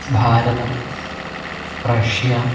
भारतं रष्या